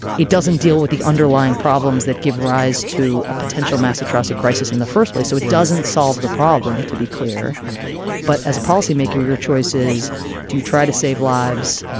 it doesn't deal with the underlying problems that give rise to a potential mass atrocity crisis in the first place so it doesn't solve the problem to be clear but as a policymaker your choices do you try to save lives.